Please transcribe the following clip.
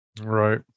Right